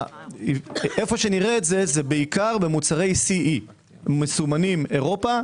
נראה את זה בעיקר במוצרי CE מסומנים אירופה.